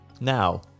Now